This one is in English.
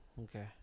Okay